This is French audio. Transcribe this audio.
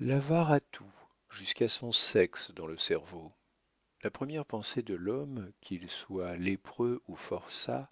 l'avare a tout jusqu'à son sexe dans le cerveau la première pensée de l'homme qu'il soit lépreux ou forçat